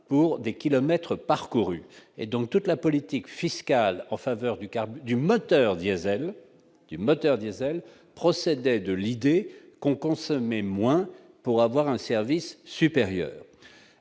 pour des kilomètres parcourus et donc toute la politique fiscale en faveur du carburant du moteur diésel du moteur diésel procédait de l'idée qu'on consommait moins pour avoir un service supérieur.